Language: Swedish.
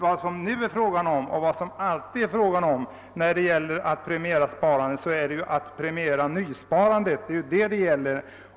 Vad det här är fråga om och vad det alltid varit fråga om är en premiering av nysparandet. Det är detta det gäller.